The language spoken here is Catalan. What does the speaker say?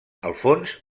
alfons